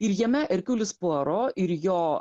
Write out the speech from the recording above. ir jame erkiulis puaro ir jo